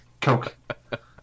Coke